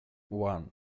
one